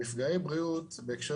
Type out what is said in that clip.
הדוגמה הבולטת ביותר למפגעי בריאות בהקשר